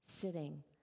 sitting